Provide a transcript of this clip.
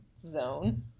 zone